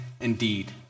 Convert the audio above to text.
indeed